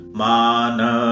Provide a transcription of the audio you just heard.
mana